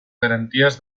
garanties